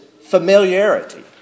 familiarity